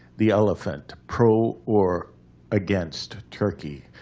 the elephant. pro or against turkey?